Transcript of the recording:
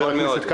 מי מתנגד?